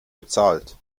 bezahlt